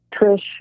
Trish